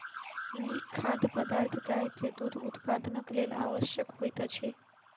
नीक खाद्य पदार्थ गाय के दूध उत्पादनक लेल आवश्यक होइत अछि